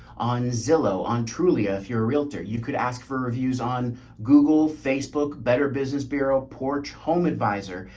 on zillow, on trulia. if you're a realtor, you could ask for reviews on google, facebook, better business bureau, porch, home advisor.